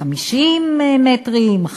50 מטרים?